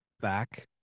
back